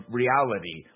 reality